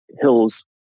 Hills